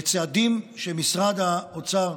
לצעדים שמשרד האוצר,